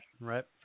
right